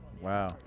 Wow